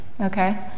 Okay